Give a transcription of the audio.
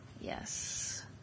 Yes